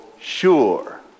sure